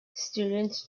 students